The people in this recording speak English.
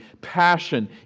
passion